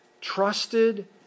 trusted